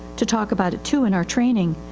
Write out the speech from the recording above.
to talk about it too in our training.